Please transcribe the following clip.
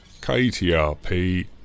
KTRP